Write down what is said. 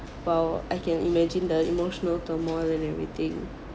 but uh I can imagine the emotional turmoil and everything